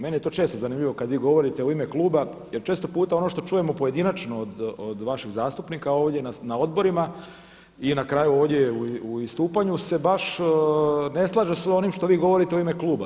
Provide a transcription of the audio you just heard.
Meni je to često zanimljivo kada vi govorite u ime kluba jer često puta ono što čujemo pojedinačno od vašeg zastupnika ovdje na odborima i na kraju ovdje u istupanju se baš ne slaže sa onim što vi govorite u ime kluba.